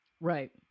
right